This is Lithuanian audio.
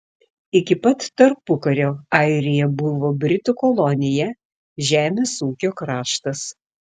iki pat tarpukario airija buvo britų kolonija žemės ūkio kraštas